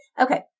Okay